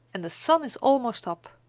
and the sun is almost up.